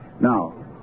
Now